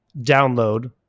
download